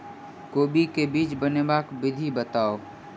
कोबी केँ बीज बनेबाक विधि बताऊ?